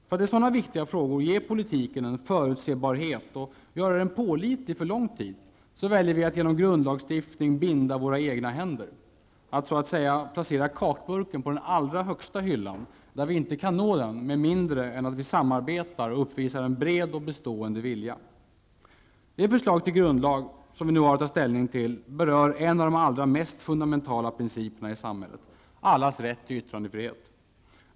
För att i sådana viktiga frågor ge politiken en förutserbarhet och göra den pålitlig för lång tid väljer vi genom grundlagsstiftning att binda våra egna händer, att så att säga placera kakburken på den allra högsta hyllan, där vi inte kan nå den med mindre än att vi samarbetar och uppvisar en bred och bestående vilja. Det förslag till grundlag som vi nu har att ta ställning till berör en av de allra mest fundamentala principerna i samhället -- allas rätt till yttrandefrihet.